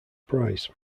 price